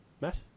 Matt